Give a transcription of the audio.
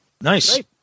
nice